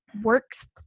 works